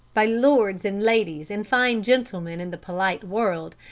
by lords and ladies and fine gentlemen in the polite world,